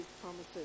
promises